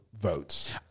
votes